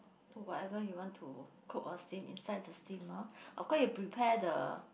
put whatever you want to cook or steam inside the steamer of course you prepare the